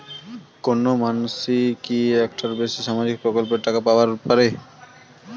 কোনো মানসি কি একটার বেশি সামাজিক প্রকল্পের টাকা পাবার পারে?